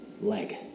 leg